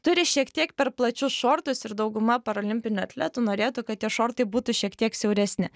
turi šiek tiek per plačius šortus ir dauguma paralimpinių atletų norėtų kad tie šortai būtų šiek tiek siauresni